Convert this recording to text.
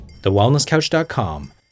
thewellnesscouch.com